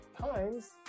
times